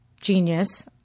genius